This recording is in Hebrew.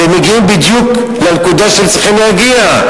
אתם מגיעים בדיוק לנקודה שאתם צריכים להגיע.